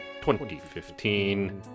2015